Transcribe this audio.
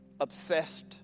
Obsessed